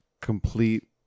complete